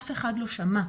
אף אחד לא שמע.